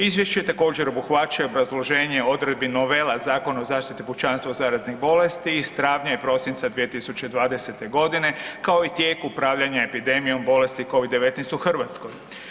Izvješće također obuhvaća i obrazloženje odredbi novela Zakona o zaštiti pučanstva od zaraznih bolesti iz travnja i prosinca 2020. g. kao i tijek upravljanja epidemijom bolesti CIVID-19 u Hrvatskoj.